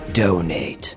donate